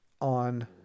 on